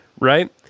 Right